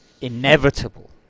inevitable